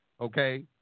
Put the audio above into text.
okay